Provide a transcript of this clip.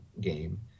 game